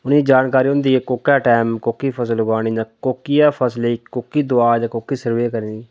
उनेंगी जानकारी होंदी कोह्का टाइम कोह्की फसल उगानी जां कोह्की फसला गी कोह्की दवा कोह्की स्प्रे करनी